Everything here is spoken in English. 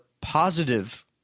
positive